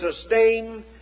sustain